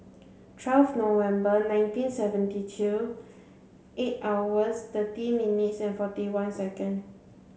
twelve November nineteen seventy two eight hours thirty minutes and forty one second